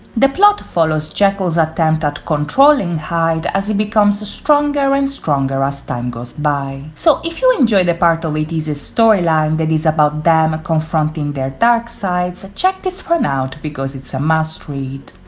the plot follows jekyll's attempt at controlling hyde as he becomes stronger and stronger as time goes by so if you enjoy the part of ateez's storyline that is about them confronting their dark sides, check this one out because it's a must read.